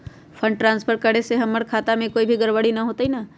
Fund transfer करे से हमर खाता में कोई गड़बड़ी त न होई न?